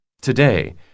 Today